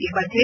ಈ ಮಧ್ಯೆ